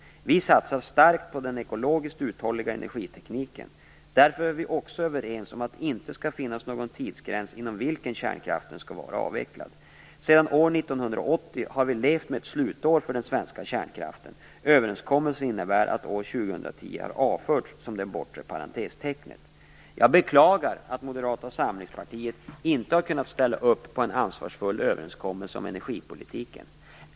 Vi satsar starkt på den ekologiskt uthålliga energitekniken. Därför är vi också överens om att det inte skall finnas någon tidsgräns inom vilken kärnkraften skall vara avvecklad. Sedan år 1980 har vi levt med ett slutår för den svenska kärnkraften. Överenskommelsen innebär att år 2010 Jag beklagar att Moderata samlingspartiet inte har kunnat ställa upp på en ansvarsfull överenskommelse om energipolitiken.